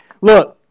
Look